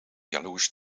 jaloers